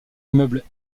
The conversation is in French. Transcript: immeubles